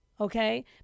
okay